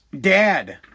Dad